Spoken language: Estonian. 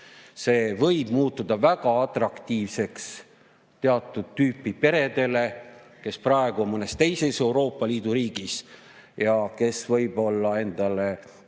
See võib muutuda väga atraktiivseks teatud tüüpi peredele, kes praegu on mõnes teises Euroopa Liidu riigis ja kes võib-olla endale